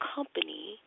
Company